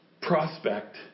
prospect